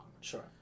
Sure